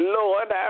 Lord